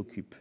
occupée